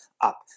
up